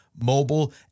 mobile